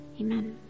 Amen